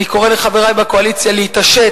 אני קורא לחברי בקואליציה להתעשת.